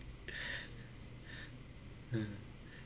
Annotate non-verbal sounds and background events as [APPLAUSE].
[BREATH] uh